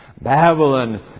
Babylon